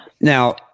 Now